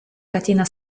catena